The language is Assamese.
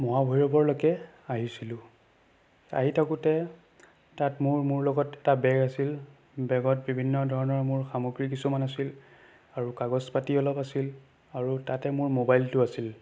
মহাভৈৰৱলৈকে আহিছিলোঁ আহি থাকোঁতে তাত মোৰ মোৰ লগত এটা বেগ আছিল বেগত বিভিন্ন ধৰণৰ মোৰ সামগ্ৰী কিছুমান আছিল আৰু কাগজ পাতি অলপ আছিল আৰু তাতে মোৰ মোবাইলটো আছিল